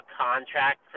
contract